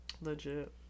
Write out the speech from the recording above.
legit